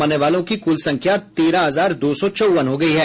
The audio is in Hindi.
मरने वालों की कुल संख्या तेरह हजार दो सौ चौवन हो गई है